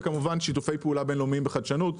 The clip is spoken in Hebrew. וכמובן שיתופי פעולה בינלאומיים בחדשנות,